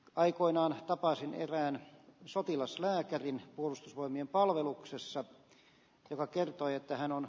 aikoinaan tapasin erään sotilaslääkärin puolustusvoimien palveluksessa joka kertoi että hän on